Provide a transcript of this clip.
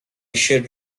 should